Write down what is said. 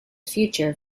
future